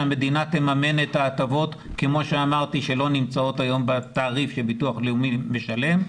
שהמדינה תממן את ההטבות שלא נמצאות היום בתעריף שביטוח לאומי משלם.